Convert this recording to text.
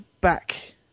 back